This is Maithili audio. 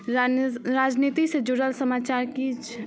राजनीति सऽ जुड़ल समाचार किछु